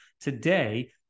Today